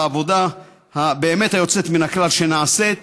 על העבודה באמת היוצאת מן הכלל שנעשית.